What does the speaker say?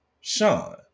Sean